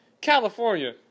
California